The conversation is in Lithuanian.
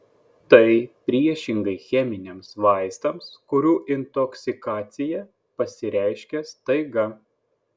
tai priešingai cheminiams vaistams kurių intoksikacija pasireiškia staiga